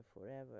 forever